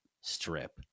strip